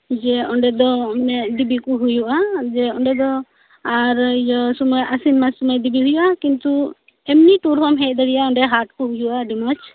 ᱡᱮ ᱚᱸᱰᱮ ᱫᱚ ᱫᱤᱵᱤ ᱠᱚ ᱦᱳᱭᱳᱜᱼᱟ ᱡᱮ ᱚᱸᱰᱮ ᱫᱚ ᱟᱨ ᱤᱭᱟᱹ ᱥᱳᱢᱚᱭ ᱟᱥᱤᱱ ᱢᱟᱥ ᱥᱳᱢᱚᱭ ᱫᱤᱵᱤ ᱦᱳᱭᱳᱜᱼᱟ ᱠᱤᱱᱛᱩ ᱮᱢᱱᱤ ᱴᱩᱨ ᱦᱚᱸᱢ ᱦᱮᱡ ᱫᱟᱲᱮᱣᱟᱜᱼᱟ ᱚᱸᱰᱮ ᱦᱟᱴ ᱠᱚ ᱦᱳᱭᱳᱜᱼᱟ ᱟᱹᱰᱤ ᱢᱚᱸᱡᱽ